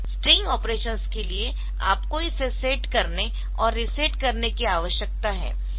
string operations के लिए आपको इसे सेट करने और इसे रीसेट करने की आवश्यकता है